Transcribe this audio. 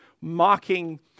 mocking